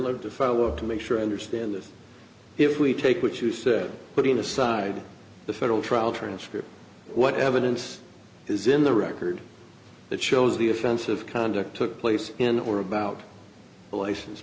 work to make sure i understand this if we take what you said putting aside the federal trial transcript what evidence is in the record that shows the offensive conduct took place in or about the license